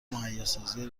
مهیاسازی